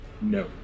No